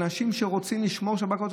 על אנשים שרוצים לשמור שבת קודש,